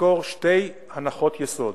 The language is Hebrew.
לזכור שתי הנחות יסוד: